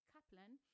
Kaplan